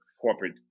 corporate